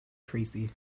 tracy